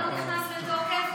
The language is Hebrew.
הדבר הזה לא נכנס לתוקף